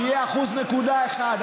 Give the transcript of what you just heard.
שיהיה 1.1%,